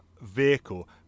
vehicle